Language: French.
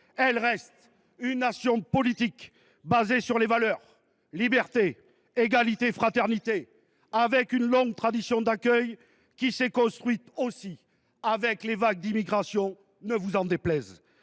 elle reste une nation politique, qui repose sur des valeurs – liberté, égalité, fraternité – et sur une longue tradition d’accueil. Elle s’est construite aussi avec les vagues d’immigration, ne vous en déplaise